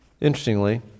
Interestingly